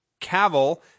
Cavill